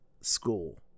school